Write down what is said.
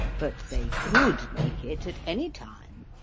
but they could make it at any time.